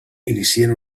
inicien